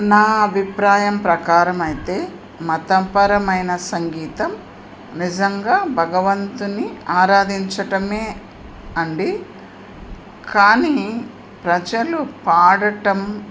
నా అభిప్రాయం ప్రకారం అయితే మతపరమైన సంగీతం నిజంగా భగవంతుని ఆరాధించటమే అండి కానీ ప్రజలు పాడటం